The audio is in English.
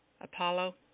Apollo